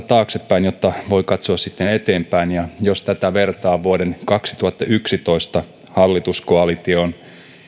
taaksepäin jotta voi katsoa sitten eteenpäin ja jos tätä vertaa vuoden kaksituhattayksitoista hallituskoalitioon